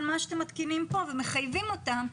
מה שאתם מתקינים כאן ומחייבים אותם,